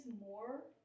more